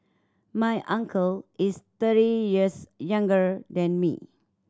my uncle is thirty years younger than me